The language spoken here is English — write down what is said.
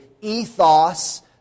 ethos